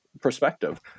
perspective